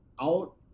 out